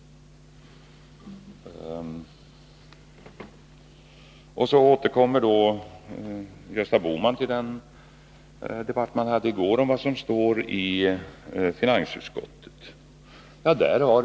Gösta Bohman återkom till gårdagens debatt om vad som står i finansutskottets betänkande.